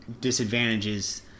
disadvantages